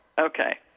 Okay